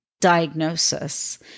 diagnosis